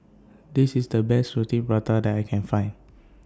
This IS The Best Roti Prata that I Can Find